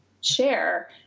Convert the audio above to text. share